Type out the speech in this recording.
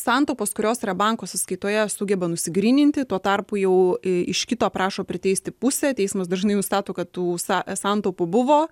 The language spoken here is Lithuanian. santaupos kurios yra banko sąskaitoje sugeba nusigryninti tuo tarpu jau iš kito prašo priteisti pusę teismas dažnai nustato kad tų sa santaupų buvo